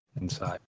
inside